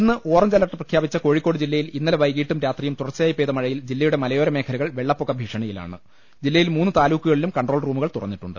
ഇന്ന് orange alert പ്രഖ്യാപിച്ച കോഴിക്കോട് ജില്ലയിൽ ഇന്നലെ വൈകീട്ടും രാത്രിയും തുടർച്ചയായി പെയ്ത മഴയിൽ ജില്ലയുടെ മലയോരമേഖലകൾ വെള്ള പ്പെക്കഭീഷണിയിലാണ് ജില്ലയിൽ മൂന്ന് താലൂക്കുകളിലും കൺട്രോൾ റൂമുകളും തുറന്നിട്ടുണ്ട്